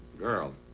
girl?